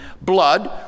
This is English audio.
blood